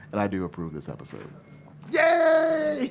and i do approve this episode yeah yay!